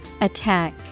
Attack